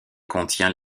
contient